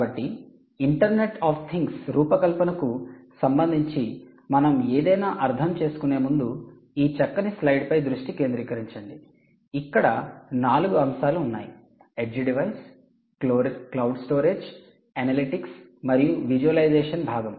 కాబట్టి internet of things రూపకల్పన కు సంబంధించి మనం ఏదైనా అర్థం చేసుకొనే ముందు ఈ చక్కని స్లైడ్పై దృష్టి కేంద్రీకరించండి ఇక్కడ నాలుగు అంశాలు ఉన్నాయి edge device cloud storage analytics మరియు విజువలైజేషన్ భాగం